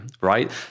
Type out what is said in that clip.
right